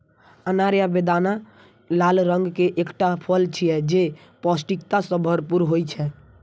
अनार या बेदाना लाल रंग के एकटा फल छियै, जे पौष्टिकता सं भरपूर होइ छै